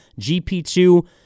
GP2